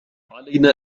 علينا